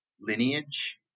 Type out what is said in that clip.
lineage